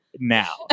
Now